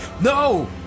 No